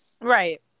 right